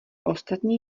ostatní